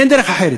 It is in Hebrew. אין דרך אחרת.